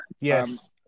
Yes